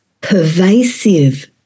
pervasive